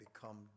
become